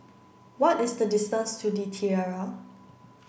what is the distance to The Tiara